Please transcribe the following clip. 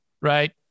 Right